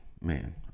man